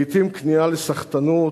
לעתים כניעה לסחטנות,